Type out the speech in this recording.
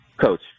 Coach